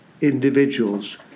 individuals